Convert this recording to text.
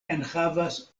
enhavas